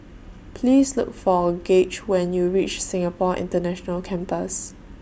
Please Look For Gaige when YOU REACH Singapore International Campus